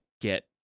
get